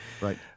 Right